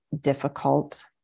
difficult